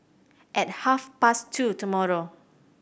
at half past two tomorrow